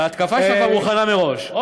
וההתקפה שלך כבר מוכנה מראש.